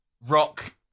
rock